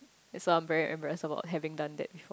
that's why I'm very embarrassed about having done that before